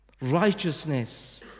Righteousness